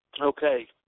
Okay